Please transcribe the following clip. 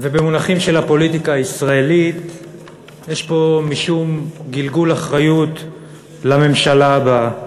ובמונחים של הפוליטיקה הישראלית יש פה משום גלגול אחריות לממשלה הבאה.